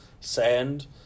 sand